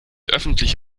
öffentlich